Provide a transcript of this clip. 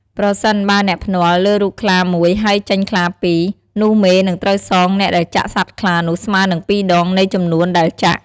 ប្រសិនបើអ្នកភ្នាល់លើរូបខ្លាមួយ ហើយចេញខ្លាពីរ នោះមេនឹងត្រូវសងអ្នកដែលចាក់សត្វខ្លានោះស្មើនឹង ២ដង នៃចំនួនដែលចាក់។